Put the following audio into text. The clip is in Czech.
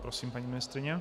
Prosím, paní ministryně.